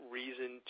reason